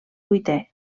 vuitè